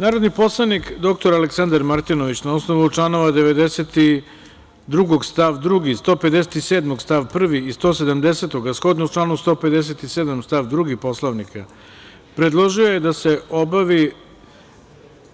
Narodni poslanik dr Aleksandar Martinović na osnovu članova 92. stav 2, 157. stav 1. i 170, a shodno članu 157. stav 2. Poslovnika, predložio je da se obavi